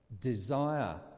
desire